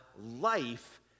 life